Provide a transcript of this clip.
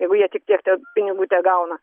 jeigu jie tik tiek ten pinigų tegauna